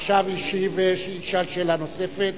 עכשיו ישאל שאלה נוספת